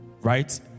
right